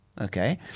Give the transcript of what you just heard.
okay